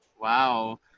wow